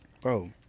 Bro